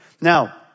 Now